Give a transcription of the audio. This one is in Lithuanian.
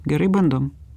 gerai bandom